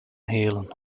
halen